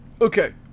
okay